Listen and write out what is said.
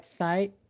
website